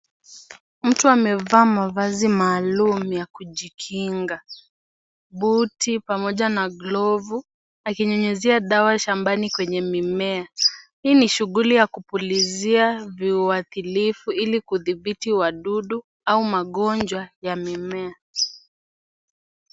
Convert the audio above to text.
Mtu amevaa mavazi maalum ya kujikinga buti pamoja na glovu akinyunyizia dawa shambani kwenye mimmea, hii ni shughuli ya kupulizia kiuwadhilifu ili kutibithi wadudu au magonjwa ya mimmea.